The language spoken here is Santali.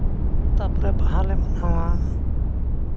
ᱛᱟᱨᱯᱚᱨᱮ ᱵᱟᱦᱟᱞᱮ ᱢᱟᱱᱟᱣᱟ